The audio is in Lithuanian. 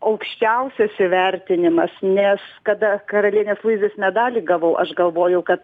aukščiausias įvertinimas nes kada karalienės luizės medalį gavau aš galvojau kad